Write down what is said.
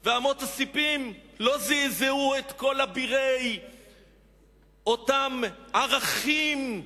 ואמות הספים לא זועזעו אצל כל אבירי אותם ערכי